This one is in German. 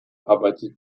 arbeitet